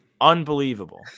Unbelievable